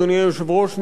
אדוני היושב-ראש,